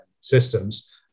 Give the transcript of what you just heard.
systems